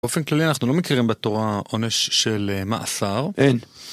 אופן כללי אנחנו לא מכירים בתורה עונש של מאסר. אין.